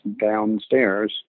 downstairs